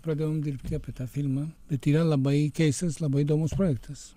pradėjom dirbti apie tą filmą bet yra labai keistas labai įdomus projektas